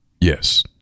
Yes